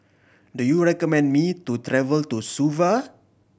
do you recommend me to travel to Suva